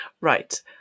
right